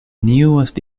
newest